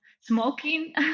smoking